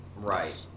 Right